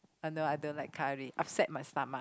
although I don't like curry upset my stomach